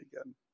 again